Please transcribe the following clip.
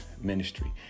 ministry